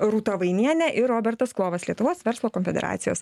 rūta vainienė ir robertas klovas lietuvos verslo konfederacijos